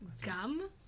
Gum